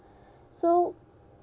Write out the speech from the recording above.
so